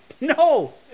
No